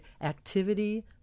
Activity